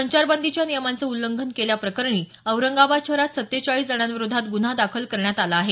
संचारबंदीच्या नियमांचं उल्लंघन केल्याप्रकरणी औरंगाबाद शहरात सत्तेचाळीस जणांविरोधात गुन्हा दाखल करण्यात आला आहे